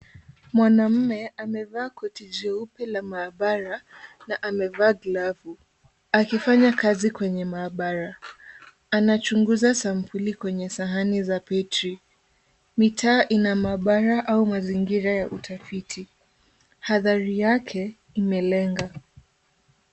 Mwanaume amevaa koti jeupe la maabara na amevaa glavu akifanya kazi kwenye maabara. Anachunguza sampuli kwenye sahani za petri . Mitaa ina maabara au mazingira ya utafiti. athari yake imelenga.